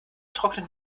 trocknet